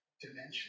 dimension